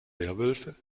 werwölfe